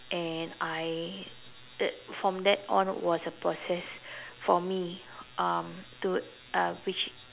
and I uh from that on it was a process for me um to uh which